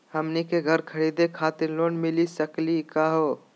हमनी के घर खरीदै खातिर लोन मिली सकली का हो?